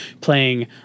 playing